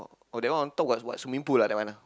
oh that one on top got what swimming pool ah that one ah